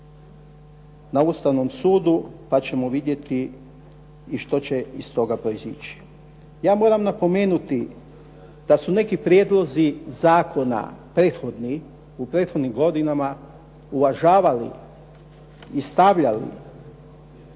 na Ustavnom sudu, pa ćemo vidjeti što će iz tog proizići. Ja moram napomenuti da su neki prijedlozi zakona u prethodnim godinama uvažavali i stavljali u